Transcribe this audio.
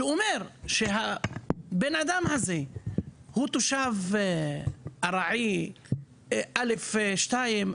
שאומר שהאדם הזה הוא תושב ארעי א.2,